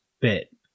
bit